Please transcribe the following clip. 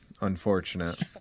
unfortunate